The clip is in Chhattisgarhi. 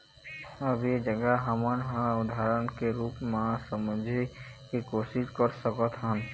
अब ऐ जघा हमन ह उदाहरन के रुप म समझे के कोशिस कर सकत हन